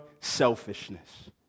selfishness